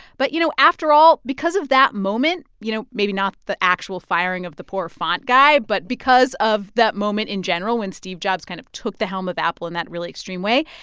but, you know, after all, because of that moment you know, maybe not the actual firing of the poor font guy, but because of that moment in general when steve jobs kind of took the helm of apple in that really extreme way,